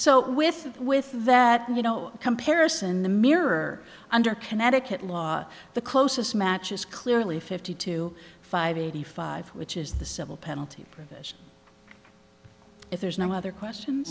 so with with that you know comparison the mirror under connecticut law the closest match is clearly fifty to five eighty five which is the civil penalty provision if there's no other questions